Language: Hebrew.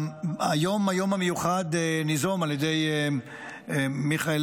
היום המיוחד נוזם על ידי חברי הכנסת מיכאל